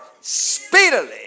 speedily